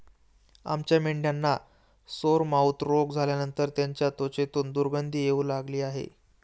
आमच्या मेंढ्यांना सोरमाउथ रोग झाल्यानंतर त्यांच्या त्वचेतून दुर्गंधी येऊ लागली आहे